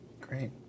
Great